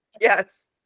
Yes